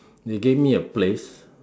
they gave me a place